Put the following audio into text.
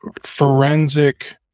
Forensic